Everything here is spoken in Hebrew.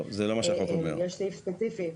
יש סעיף ספציפי.